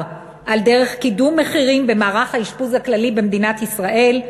על דרך קידום מחירים במערך האשפוז הכללי במדינת ישראל,